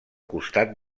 costat